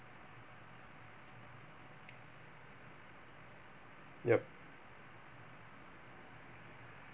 yup